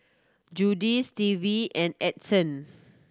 Judie Stevie and Edson